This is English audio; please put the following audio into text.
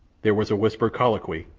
there was a whispered colloquy,